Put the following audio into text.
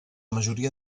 majoria